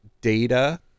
data